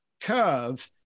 curve